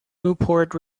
newport